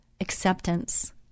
acceptance